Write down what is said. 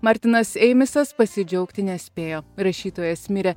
martynas eimisas pasidžiaugti nespėjo rašytojas mirė